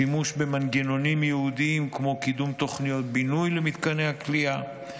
שימוש במנגנונים ייעודיים כמו קידום תוכניות בינוי למתקני הכליאה,